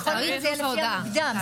התנדבות ממש מקצה עד קצה,